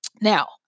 Now